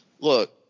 look